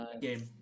game